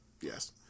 Yes